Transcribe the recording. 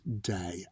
day